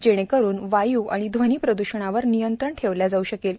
जेणेकरून वाय् आणि ध्वनी प्रदूषणावर नियंत्रण ठेवल्या जाऊ शकेल